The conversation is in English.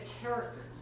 characters